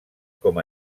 com